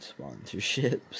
sponsorships